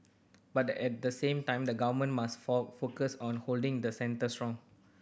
but at the same time the Government must for focus on holding the centre strong